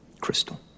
Crystal